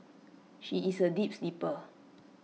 she is A deep sleeper